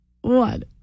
one